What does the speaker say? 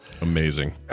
Amazing